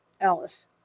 Alice